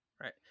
Right